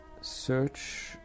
search